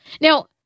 now